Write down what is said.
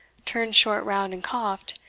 turned short round and coughed,